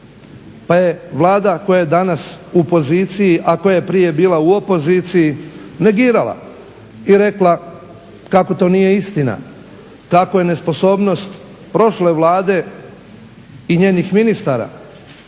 pa je Vlada koja je danas u poziciji, a koja je prije bila u opoziciji negirala i rekla kako to nije istina, kako je nesposobnost prošle Vlade i njenih ministara